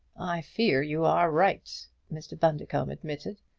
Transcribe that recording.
i fear you are right, mr. bundercombe admitted.